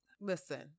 Listen